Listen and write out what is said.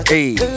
Hey